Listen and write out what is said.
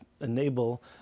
enable